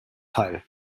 teil